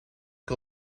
que